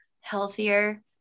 healthier